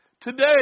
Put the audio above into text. Today